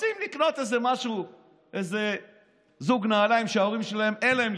רוצים לקנות איזה זוג נעליים שלהורים שלהם אין לקנות,